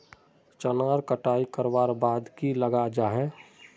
चनार कटाई करवार बाद की लगा जाहा जाहा?